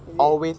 is it